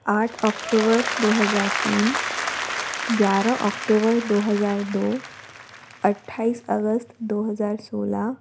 आठ ओक्टूबर दो हज़ार तीन ग्यारह ओक्टूबर दो हज़ार दो अट्ठाईस अगस्त दो हज़ार सोलह